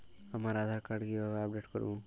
আমার আধার কার্ড কিভাবে আপডেট করব?